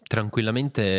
Tranquillamente